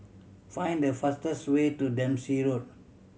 find the fastest way to Dempsey Road